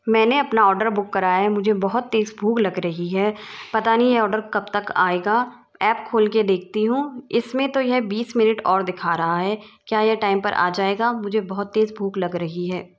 मैंने अपना order book कराया है मुझे बहुत तज़ भूख लग रही है पता नहीं है आर्डर कब तक आएगा ऐप खोल के देखती हूँ इसमें तो यह बीस मिनट और दिखा रहा है क्या यह टाइम पर आ जाएगा मुझे बहुत तेज़ भूख लग रही है